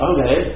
Okay